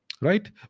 right